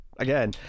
again